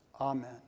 Amen